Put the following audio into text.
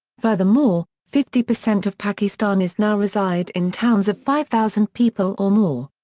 furthermore, fifty percent of pakistanis now reside in towns of five thousand people or more.